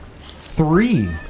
three